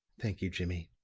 thank you, jimmie,